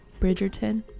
Bridgerton